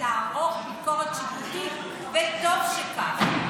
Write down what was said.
לערוך ביקורת שיפוטית, וטוב שכך.